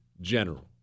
general